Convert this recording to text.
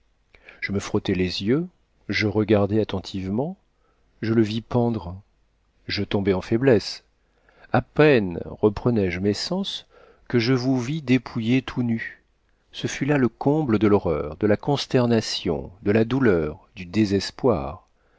je me frottai les yeux je regardai attentivement je le vis pendre je tombai en faiblesse a peine reprenais je mes sens que je vous vis dépouillé tout nu ce fut là le comble de l'horreur de la consternation de la douleur du désespoir